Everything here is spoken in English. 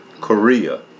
Korea